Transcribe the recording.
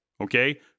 okay